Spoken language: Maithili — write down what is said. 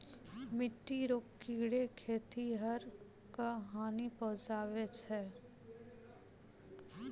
मिट्टी रो कीड़े खेतीहर क हानी पहुचाबै छै